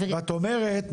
ואת אומרת,